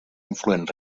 influent